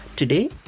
Today